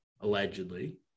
allegedly